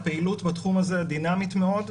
הפעילות בתחום הזאת דינמית מאוד,